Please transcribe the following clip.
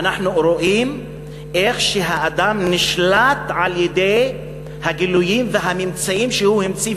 אנחנו רואים איך האדם נשלט על-ידי הגילויים וההמצאות שהוא המציא,